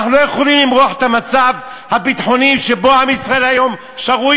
אנחנו לא יכולים למרוח את המצב הביטחוני שעם ישראל היום שרוי